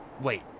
Wait